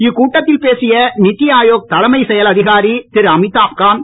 இக்கூட்டத்தில் பேசிய நீத்தி ஆயோக் தலைமை செயல் அதிகாரி திருஅமிதாப் காந்த்